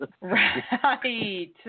Right